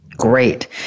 Great